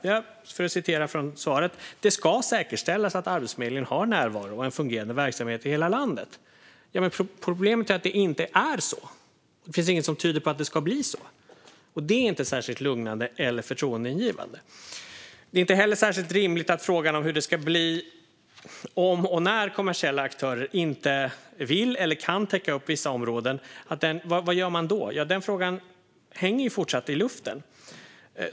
Jag citerar ur svaret: "Det ska säkerställas att Arbetsförmedlingen har närvaro och en fungerande verksamhet i hela landet." Ja, men problemet är att det inte är så, och det finns inget som tyder på att det ska bli så. Det är inte särskilt lugnande eller förtroendeingivande. Det är inte heller särskilt rimligt att frågan om hur det ska bli om och när kommersiella aktörer inte vill eller kan täcka upp vissa områden fortsatt hänger i luften.